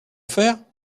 faire